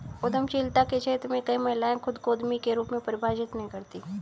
उद्यमशीलता के क्षेत्र में कई महिलाएं खुद को उद्यमी के रूप में परिभाषित नहीं करती